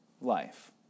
life